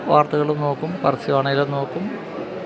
വാർത്തകളും നോക്കും പരസ്യമാണെങ്കിലും നോക്കും